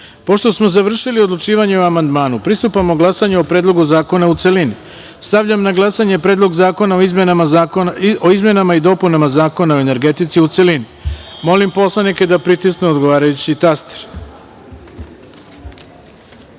smo završili odlučivanje o amandmanu, pristupamo glasanju o Predlogu zakona u celini. Stavljam na glasanje Predlog zakona o izmenama i dopunama Zakona o energetici, u celini. Molim poslanike da pritisnu odgovarajući